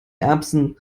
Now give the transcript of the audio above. erbsen